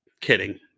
Kidding